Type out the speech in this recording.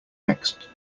next